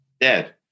dead